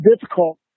difficult